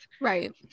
Right